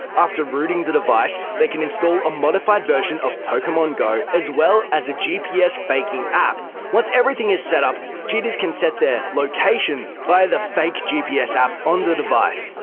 after rooting the device, they can install a modified version of pokemon go, as well as a gps faking app. once everything is set up, cheaters can set their location via the fake gps app on the device,